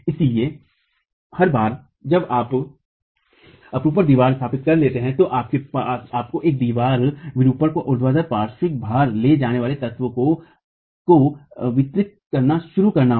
इसलिए एक बार जब आप अपरूपण दीवार स्थापित कर लेते हैं तो आपको अब अपरूपण दीवार को ऊर्ध्वाधर पार्श्व भार ले जाने वाले तत्वों को वितरित करना शुरू करना होगा